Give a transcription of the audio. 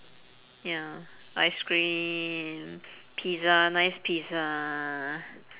ya ice cream pizza nice pizza